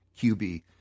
QB